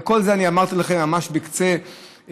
את כל זה אמרתי לכם ממש על קצה המזלג,